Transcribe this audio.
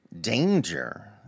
danger